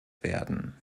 werden